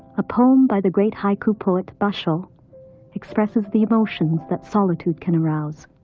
a poem by the great haiku poet basho expresses the emotions that solitude can arouse.